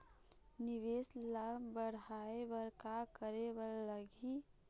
निवेश ला बड़हाए बर का करे बर लगही?